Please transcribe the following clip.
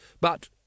But